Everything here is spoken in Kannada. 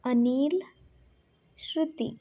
ಅನಿಲ್ ಶೃತಿ